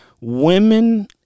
women